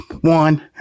One